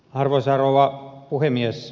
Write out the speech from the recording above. arvoisa rouva puhemies